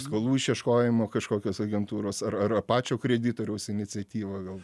skolų išieškojimo kažkokios agentūros ar ar a pačio kreditoriaus iniciatyva gal